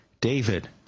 David